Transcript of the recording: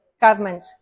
government